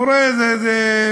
מורה זה משהו.